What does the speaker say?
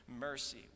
mercy